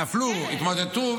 נפלו, התמוטטו.